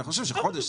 אבל אני חושב שחודש.